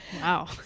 Wow